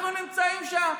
אנחנו נמצאים שם,